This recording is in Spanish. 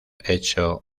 hecho